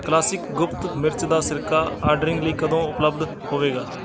classic ਗੁਪਤ ਮਿਰਚ ਦਾ ਸਿਰਕਾ ਆਰਡਰਿੰਗ ਲਈ ਕਦੋਂ ਉਪਲੱਬਧ ਹੋਵੇਗਾ